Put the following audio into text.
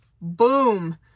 Boom